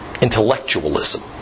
intellectualism